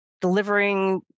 delivering